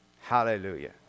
Hallelujah